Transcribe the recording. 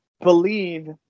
believe